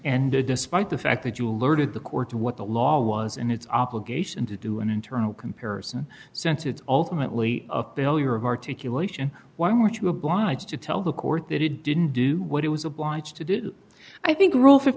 and despite the fact that you alerted the court to what the law was and its obligation to do an internal comparison since it's ultimately of billiard articulation why were you obliged to tell the court that it didn't do what it was obliged to do i think rule fif